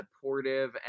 supportive